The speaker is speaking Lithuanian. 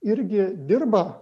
irgi dirba